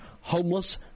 Homeless